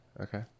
Okay